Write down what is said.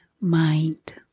mind